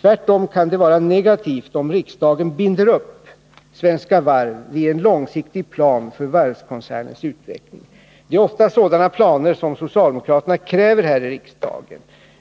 Tvärtom kan det vara negativt om riksdagen binder upp Svenska Varv vid en långsiktig plan för varvskoncernens utveckling. Det är ofta sådana planer som socialdemokraterna kräver